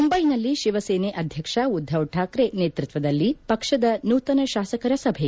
ಮುಂಬೈನಲ್ಲಿ ಶಿವಸೇನೆ ಅಧ್ಯಕ್ಷ ಉದ್ಧವ್ ಠಾಕ್ರೆ ನೇತೃತ್ವದಲ್ಲಿ ಪಕ್ಷದ ನೂತನ ಶಾಸಕರ ಸಭೆ